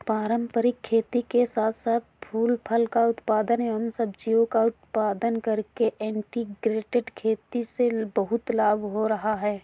पारंपरिक खेती के साथ साथ फूल फल का उत्पादन एवं सब्जियों का उत्पादन करके इंटीग्रेटेड खेती से बहुत लाभ हो रहा है